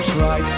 Try